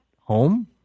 home